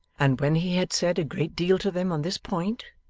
and when he had said a great deal to them on this point,